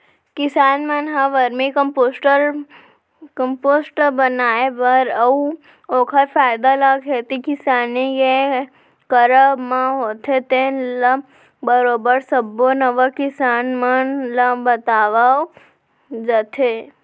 किसान मन ह वरमी कम्पोस्ट बनाए बर अउ ओखर फायदा ल खेती किसानी के करब म होथे तेन ल बरोबर सब्बो नवा किसान मन ल बतावत जात हे